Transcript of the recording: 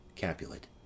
Capulet